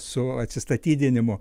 su atsistatydinimu